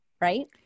right